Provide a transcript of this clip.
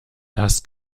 dass